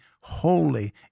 holy